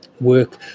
work